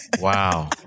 Wow